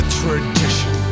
tradition